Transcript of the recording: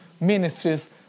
ministries